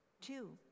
two